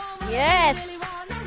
Yes